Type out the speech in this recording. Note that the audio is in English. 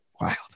wild